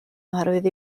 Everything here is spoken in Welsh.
oherwydd